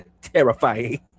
terrifying